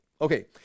Okay